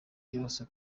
yose